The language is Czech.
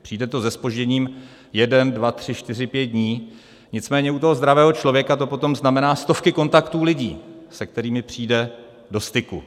Přijde to se zpožděním 1, 2, 3, 4, 5 dní, nicméně u toho zdravého člověka to potom znamená stovky kontaktů lidí, se kterými přijde do styku.